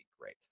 great